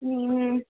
হুম হুম